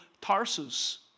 Tarsus